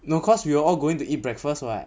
no cause we were all going to eat breakfast [what]